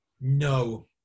No